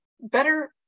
better